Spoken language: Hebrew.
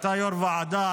אתה יו"ר ועדה,